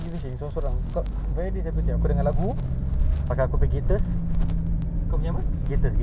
aku it's just the problem that macam aku eh I know sometimes I hold myself from doing something